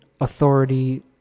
authority